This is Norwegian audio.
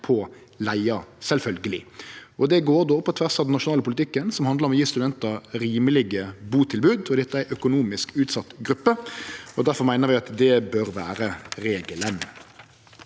på leiga. Det går på tvers av den nasjonale politikken, som handlar om å gje studentar rimelege butilbod. Dette er ei økonomisk utsett gruppe, og difor meiner vi at det bør vere regelen.